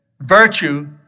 virtue